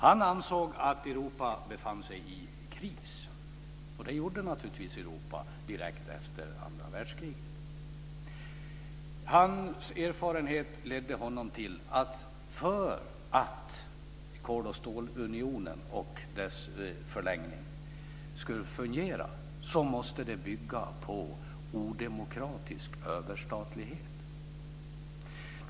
Han ansåg att Europa befann sig i kris. Det gjorde naturligtvis Europa direkt efter andra världskriget. Hans erfarenhet sade honom att för att Kol och stålunionen och dess förlängning skulle fungera måste den bygga på odemokratisk överstatlighet.